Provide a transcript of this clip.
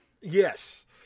Yes